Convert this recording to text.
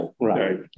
right